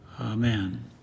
amen